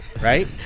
Right